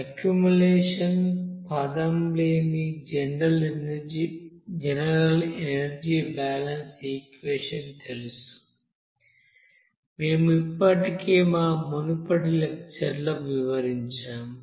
accumulation పదం లేని general energy balance equation తెలుసు మేము ఇప్పటికే మా మునుపటి లెక్చర్ లో వివరించాము